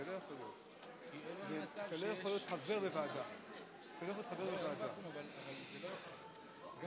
אני חושב שאתה הדגמת פה בצורה בהחלט מעוררת השראה